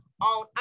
on